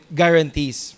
guarantees